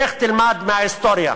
לך תלמד מההיסטוריה.